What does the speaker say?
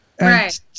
Right